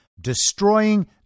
destroying